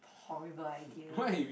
horrible idea